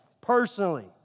Personally